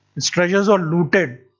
its treasures were looted,